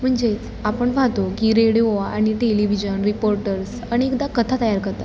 म्हणजेच आपण पाहतो की रेडिओ आणि टेलिव्हिजन रिपोर्टर्स अनेकदा कथा तयार करतात